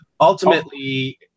ultimately